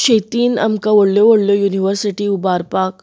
शेतीन आमका व्हडल्यो व्हडल्यो यूनीवर्सीटी उबारपाक